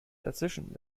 dazwischen